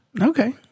Okay